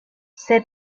sed